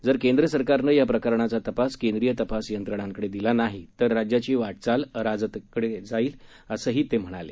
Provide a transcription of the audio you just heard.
जर केंद्र सरकारनं या प्रकरणाचा तपास केंद्रीय तपास यंत्रणांकडे दिला नाही तर राज्याची वाटचाल अराजकतेकडे जाईल असंही ते म्हणाले